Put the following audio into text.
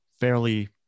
fairly